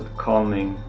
calming